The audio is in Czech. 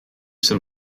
jsem